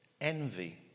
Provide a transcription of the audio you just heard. Envy